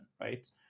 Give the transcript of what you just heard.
Right